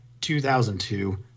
2002